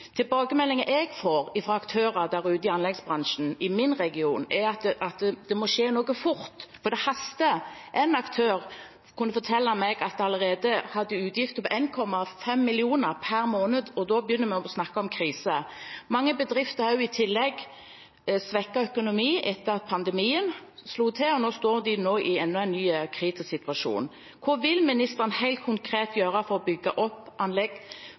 Tilbakemeldinger jeg får fra aktører i anleggsbransjen i min region, er at det må skje noe fort, for det haster. En aktør kunne fortelle meg at de allerede hadde utgifter på 1,5 mill. kr per måned. Da begynner vi å snakke om krise. Mange bedrifter har i tillegg svekket økonomi etter at pandemien slo til, og nå står de i en ny kritisk situasjon. Hva vil ministeren helt konkret gjøre for bygg- og anleggsbransjen og industrien, som nå vurderer å